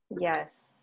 Yes